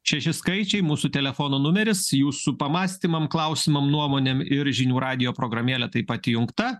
šeši skaičiai mūsų telefono numeris jūsų pamąstymam klausimam nuomonėm ir žinių radijo programėlė taip pat įjungta